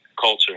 culture